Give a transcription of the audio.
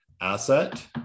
asset